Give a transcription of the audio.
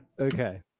okay